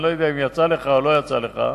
אני לא יודע אם יצא לך או לא יצא לך.